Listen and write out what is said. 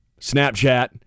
Snapchat